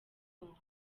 congo